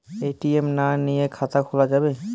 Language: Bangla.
এ.টি.এম না নিয়ে খাতা খোলা যাবে?